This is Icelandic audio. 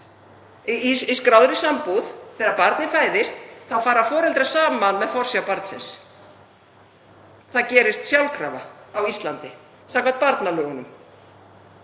í skráðri sambúð þegar barn fæðist þá fara foreldrar saman með forsjá barnsins. Það gerist sjálfkrafa á Íslandi samkvæmt barnalögunum.